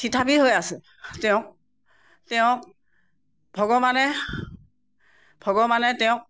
থিতাপি হৈ আছে তেওঁক তেওঁক ভগৱানে ভগৱানে তেওঁক